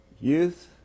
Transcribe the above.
youth